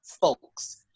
folks